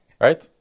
right